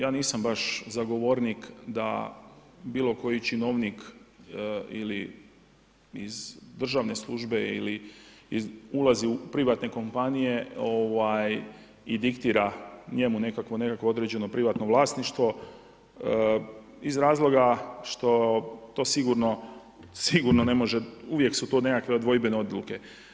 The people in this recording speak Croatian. Ja nisam baš zagovornik da bilo koji činovnik ili iz državne službe ulazi u privatne kompanije i diktira njemu nekakvo određeno privatno vlasništvo iz razloga što to sigurno ne može, uvijek su to nekakve dvojbene odluke.